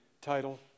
title